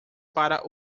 para